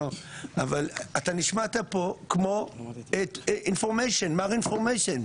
אבל אתה נשמעת פה כמו מר information,